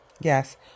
yes